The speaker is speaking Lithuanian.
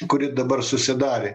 kuri dabar susidarė